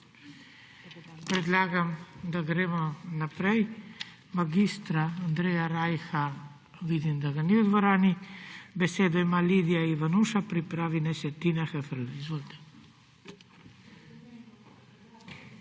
Predlagam, da gremo naprej. Mag. Andreja Rajha, vidim, da ga ni v dvorani. Besedo ima Lidija Ivanuša, pripravi naj se Tina Heferle. Izvolite.